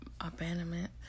abandonment